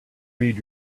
read